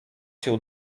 się